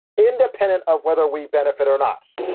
independent of whether we benefit or not.